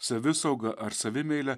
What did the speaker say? savisaugą ar savimeilę